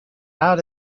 out